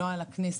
לא על הכנסת,